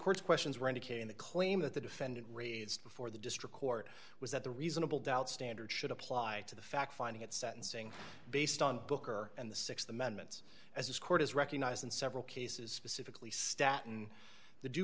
court's questions were indicating the claim that the defendant raised before the district court was that the reasonable doubt standard should apply to the fact finding at sentencing based on booker and the th amendments as this court has recognized in several cases specifically staten